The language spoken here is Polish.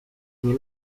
nie